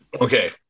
Okay